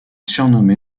surnommé